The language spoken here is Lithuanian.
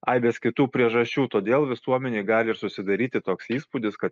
aibės kitų priežasčių todėl visuomenėj gali ir susidaryti toks įspūdis kad